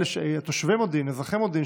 אזרחי מודיעין,